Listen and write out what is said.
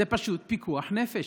זה פשוט פיקוח נפש,